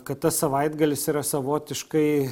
kad tas savaitgalis yra savotiškai